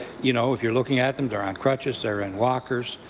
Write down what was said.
you know, if you are looking at them, they are on crutches. they are in walkers.